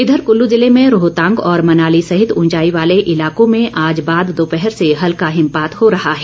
इधर कल्लू जिले में रोहतांग और मनाली सहित उंचाई वाले इलाकों में आज बाद दोपहर से हल्का हिमपात हो रहा है